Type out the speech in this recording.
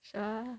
sure